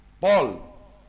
Paul